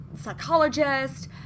psychologist